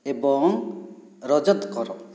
ଏବଂ ରଜତ କର